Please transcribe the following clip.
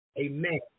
Amen